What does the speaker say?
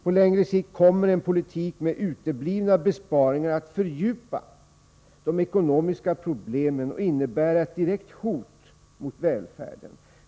På längre sikt kommer en politik med uteblivna besparingar att fördjupa de ekonomiska problemen och innebära ett direkt hot mot välfärden.